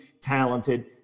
talented